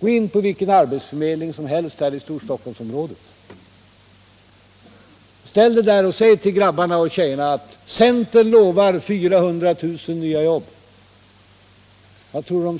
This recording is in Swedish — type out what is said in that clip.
Gå in på vilken arbetsförmedling som helst i Storstockholmsområdet, ställ dig där och säg till grabbarna och tjejerna att centern lovar 400 000 nya jobb. De